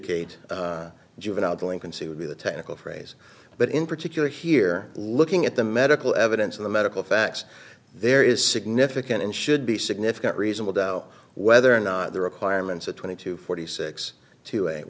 kate juvenile delinquency would be the technical phrase but in particular here looking at the medical evidence of the medical facts there is significant and should be significant reasonable doubt whether or not the requirements of twenty to forty six to